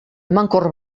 emankor